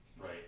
Right